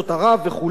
הוא אמר ככה: